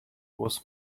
was